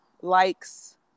likes